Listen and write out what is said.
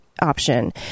option